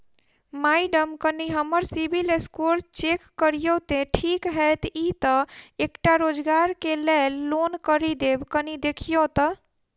Madam कनि हम्मर CIBIL score check करियो तेँ ठीक हएत ई तऽ एकटा रोजगार केँ लैल लोन करि देब कनि देखीओत?